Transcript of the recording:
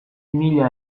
mila